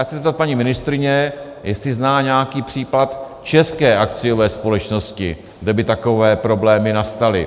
Chci se zeptat paní ministryně, jestli zná nějaký případ české akciové společnosti, kde by takové problémy nastaly.